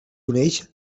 uneix